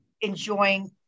enjoying